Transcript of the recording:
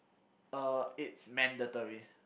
uh it's mandatory